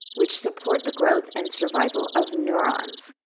which support the growth and survival of neurons.